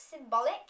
symbolic